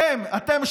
אתם,